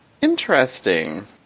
interesting